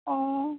ও